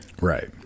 right